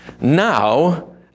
now